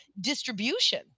distribution